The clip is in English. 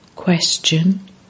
Question